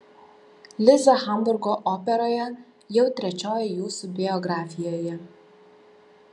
liza hamburgo operoje jau trečioji jūsų biografijoje